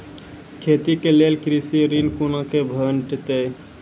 खेती के लेल कृषि ऋण कुना के भेंटते?